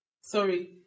sorry